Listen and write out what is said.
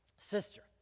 sister